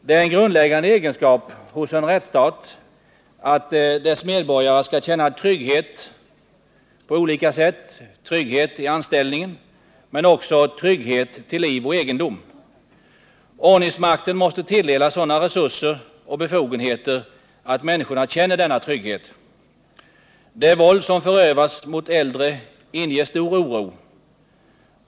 Det är en grundläggande förutsättning hos en rättsstat att dess medborgare skall känna trygghet på olika sätt, trygghet i anställningen men också trygghet till liv och egendom. Ordningsmakten måste tilldelas sådana resurser och befogenheter att människorna känner denna trygghet. Det våld som förövas mot äldre inger stor oro.